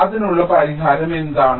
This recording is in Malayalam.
അതിനുള്ള പരിഹാരം എന്താണ്